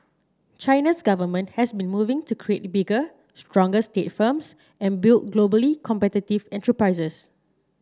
China's government has been moving to create bigger stronger state firms and build globally competitive enterprises